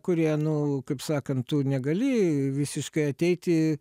kurie nu kaip sakant tu negali visiškai ateiti